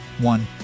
one